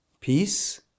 Peace